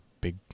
big